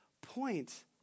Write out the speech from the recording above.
point